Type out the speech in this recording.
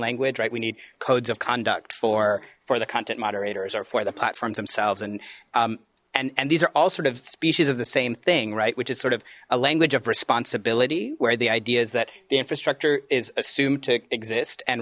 language right we need codes of conduct for for the content moderators or for the platform's themselves and and and these are all sort of species of the same thing right which is sort of a language of responsibility where the idea is that the infrastructure is assumed to exist and